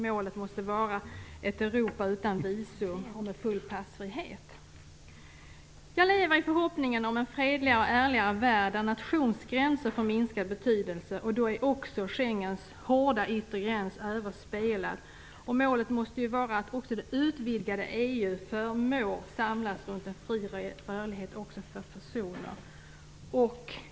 Målet måste vara ett Europa utan visum och med full passfrihet". Jag lever i förhoppningen om en fredligare och ärligare värld där nationsgränser får minskad betydelse. Då är också Schengens hårda yttre gräns överspelad. Målet måste vara att även det utvidgade EU förmår samlas runt en fri rörlighet också för personer.